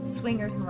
Swingers